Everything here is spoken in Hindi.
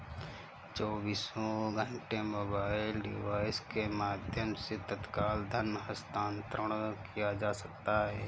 चौबीसों घंटे मोबाइल डिवाइस के माध्यम से तत्काल धन हस्तांतरण किया जा सकता है